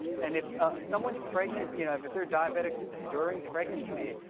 and if ah someone's pregnant, you know, if if they're diabetic during pregnancy,